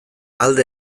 alde